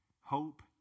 hope